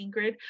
Ingrid